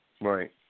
Right